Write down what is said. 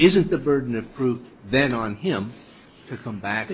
isn't the burden of proof then on him to come back